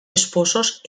esposos